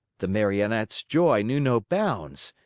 the marionette's joy knew no bounds.